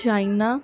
China